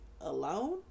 alone